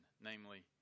namely